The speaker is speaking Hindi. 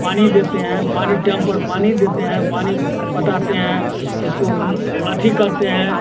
पानी देते हैं पानी टाइम पर पानी देते हैं पानी पटाते हैं इसको करते हैं